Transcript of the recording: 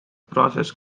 process